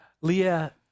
leah